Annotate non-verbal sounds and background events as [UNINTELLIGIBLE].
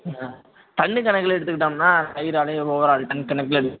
ஆ டன்னு கணக்கில் எடுத்துகிட்டம்ன்னா [UNINTELLIGIBLE] டன் கணக்கில்